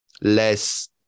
less